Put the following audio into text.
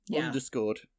underscored